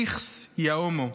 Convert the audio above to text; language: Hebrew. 'איכס, יא הומו'.